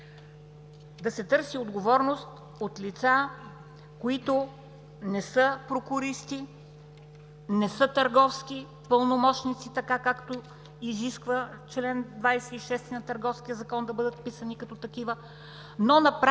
да се търси отговорност от лица, които не са прокуристи, не са търговски пълномощници, така както изисква чл. 26 на Търговския закон да бъдат вписани като такива.